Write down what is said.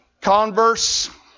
Converse